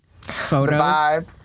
photos